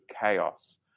chaos